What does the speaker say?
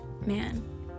man